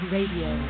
Radio